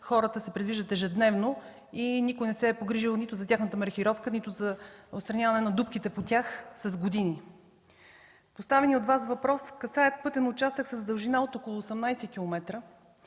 хората се придвижват ежедневно и никой не се е погрижил нито за тяхната маркировка, нито за отстраняване на дупките по тях с години. Поставеният от Вас въпрос касае пътен участък с дължина от около 18 км.